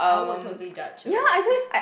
I would totally judge her